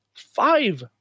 Five